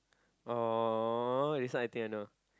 oh this one I think I know